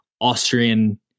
Austrian